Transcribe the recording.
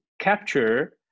capture